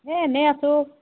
এই এনেই আছোঁ